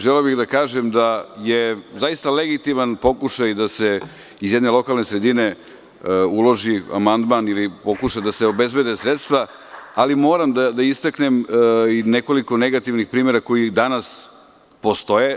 Želeo bih da kažem da je zaista legitiman pokušaj da se iz jedne lokalne sredine uloži amandman ili pokuša da se obezbede sredstva, ali moram da istaknem i nekoliko negativnih primera koji danas postoje.